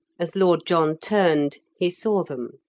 as lord john turned, he saw them.